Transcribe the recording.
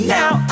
now